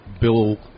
Bill